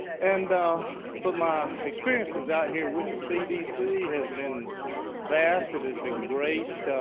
and but my experiences out here with the cdc has been vast. it has been great.